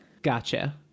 gotcha